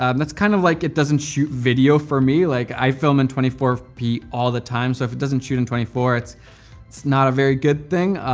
um that's kind of like it doesn't shoot video for me like i film in twenty four p all the time, so if it doesn't shoot in twenty four, it's it's not a very good thing.